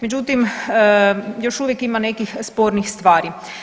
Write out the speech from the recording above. Međutim, još uvijek ima nekih spornih stvari.